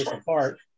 apart